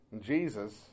Jesus